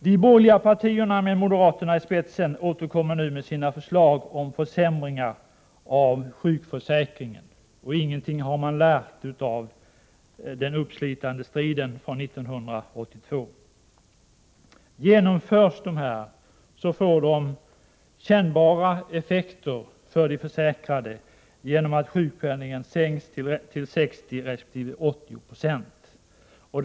De borgerliga partierna med moderaterna i spetsen återkommer nu med sina förslag om försämringar av sjukförsäkringen. Ingenting har de lärt av den uppslitande striden från 1982. Genomförs dessa försämringar får de kännbara effekter för de försäkrade genom att sjukpenningen sänks till 60 resp. 80 26.